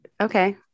okay